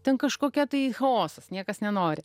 ten kažkokia tai chaosas niekas nenori